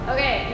Okay